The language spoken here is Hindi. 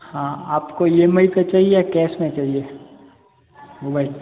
हाँ आपको इ एम आई पे चाहिए या कैस में चाहिए मोबाइल